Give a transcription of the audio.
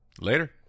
Later